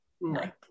Right